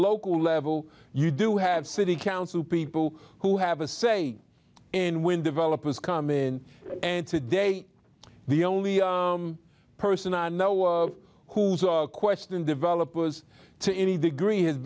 local level you do have city council people who have a say in when developers come in and today the only person i know of who question developers to any degree has